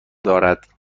دارد